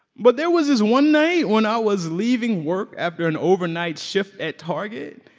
but there was this one night when i was leaving work after an overnight shift at target.